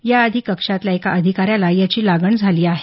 याआधी कक्षातल्या एका अधिकाऱ्याला याची लागण झाली आहे